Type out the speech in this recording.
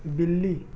بلی